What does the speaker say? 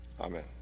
Amen